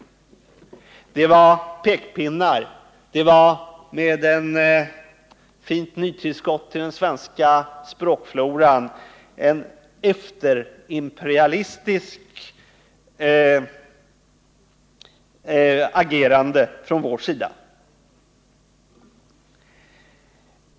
Det var pekpinnar, och det var — med ett fint nytillskott till den svenska språkfloran — ett efterimperialistiskt agerande från vår sida.